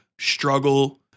struggle